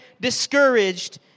discouraged